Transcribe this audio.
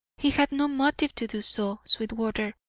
he had no motive to do so sweetwater,